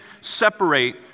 separate